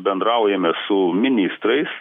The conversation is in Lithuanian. bendraujame su ministrais